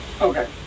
Okay